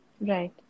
Right